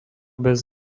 bez